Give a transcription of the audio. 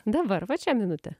dabar vat šią minutę